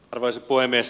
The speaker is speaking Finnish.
arvoisa puhemies